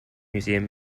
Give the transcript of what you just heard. museum